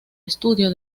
estudio